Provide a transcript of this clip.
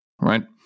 right